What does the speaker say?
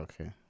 Okay